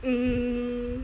hmm